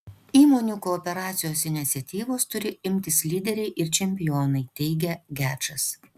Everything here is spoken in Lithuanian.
įmonių kooperacijos iniciatyvos turi imtis lyderiai ir čempionai teigia gečas